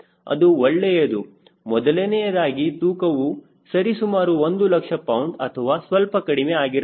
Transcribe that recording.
ಅದು ಒಳ್ಳೆಯದು ಮೊದಲನೆಯದಾಗಿ ತೂಕವು ಸರಿಸುಮಾರು ಒಂದು ಲಕ್ಷ ಪೌಂಡ್ ಅಥವಾ ಸ್ವಲ್ಪ ಕಡಿಮೆ ಆಗಿರಬಹುದು